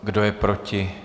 Kdo je proti?